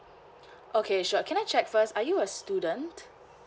okay sure can I check first are you a student